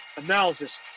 analysis